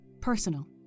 Personal